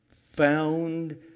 found